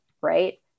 right